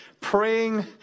praying